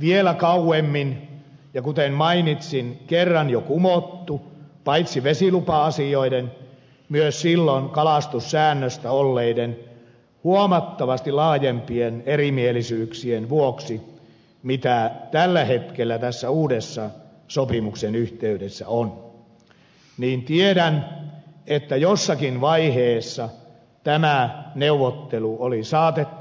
vielä kauemmin ja kuten mainitsin se on kerran jo kumottu paitsi vesilupa asioiden myös silloin kalastussäännöstä olleiden huomattavasti laajempien erimielisyyksien vuoksi kuin tällä hetkellä tämän uuden sopimuksen yhteydessä on niin tiedän että jossakin vaiheessa tämä neuvottelu oli saatettava päätökseen